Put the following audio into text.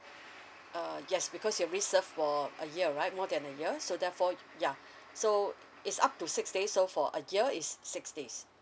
uh yes because you already served for a year right more than a year so therefore ya so it's up to six days so for a year is six days